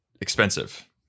expensive